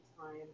time